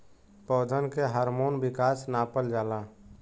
पौधन के हार्मोन विकास नापल जाला